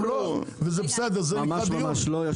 ממש לא.